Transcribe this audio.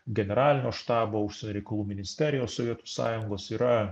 generalinio štabo užsienio reikalų ministerijos sovietų sąjungos yra